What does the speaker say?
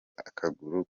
akaguru